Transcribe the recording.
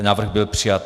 Návrh byl přijat.